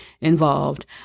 involved